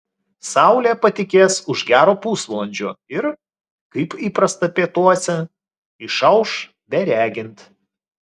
saulė patekės už gero pusvalandžio ir kaip įprasta pietuose išauš beregint